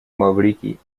маврикий